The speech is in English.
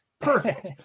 perfect